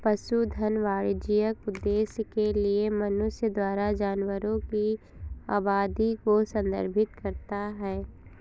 पशुधन वाणिज्यिक उद्देश्य के लिए मनुष्यों द्वारा जानवरों की आबादी को संदर्भित करता है